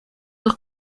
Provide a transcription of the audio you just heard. dos